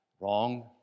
wrong